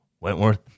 Wentworth